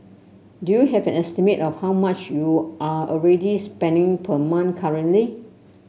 do you have an estimate of how much you are already spending per month currently